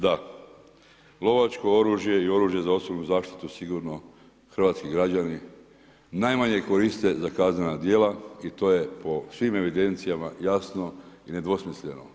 Da, lovačko oružje i oružje za osobnu zaštitu sigurno hrvatski građani najmanje koriste za kaznena djela i to je po svim evidencijama jasno i nedvosmisleno.